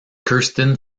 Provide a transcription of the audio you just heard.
kirsten